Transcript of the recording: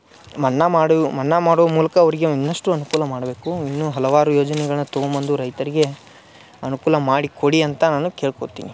ಮನ್ನ ಮಾಡು ಮನ್ನ ಮಾಡುವ ಮೂಲಕ ಅವರಿಗೆ ಇನ್ನಷ್ಟು ಅನುಕೂಲ ಮಾಡಬೇಕು ಇನ್ನು ಹಲವಾರು ಯೋಜನೆಗಳನ್ನ ತೊಗೊಂಬಂದು ರೈತರಿಗೆ ಅನುಕೂಲ ಮಾಡಿಕೊಡಿ ಅಂತ ನಾನು ಕೆಳ್ಕೋತೀನಿ